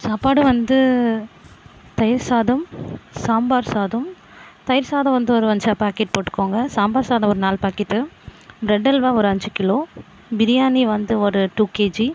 சாப்பாடு வந்து தயிர் சாதம் சாம்பார் சாதம் தயிர் சாதம் வந்து ஒரு ஒன்ஸா பாக்கெட் போட்டுக்கோங்க சாம்பார் சாதம் ஒரு நாலு பாக்கெட்டு பிரட் அல்வா ஒரு அஞ்சு கிலோ பிரியாணி வந்து ஒரு டூ கேஜி